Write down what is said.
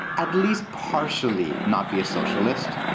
at least partially not be a socialist.